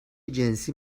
جنسی